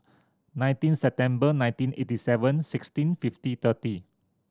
nineteen September nineteen eighty seven sixteen fifty thirty